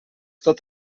tot